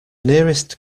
nearest